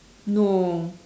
no